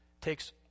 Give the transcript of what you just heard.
takes